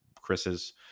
Chris's